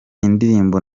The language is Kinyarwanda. indirimbo